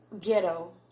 ghetto